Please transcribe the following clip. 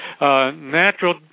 natural